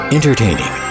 Entertaining